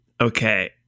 okay